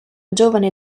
giovane